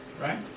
Right